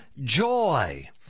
joy